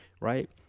Right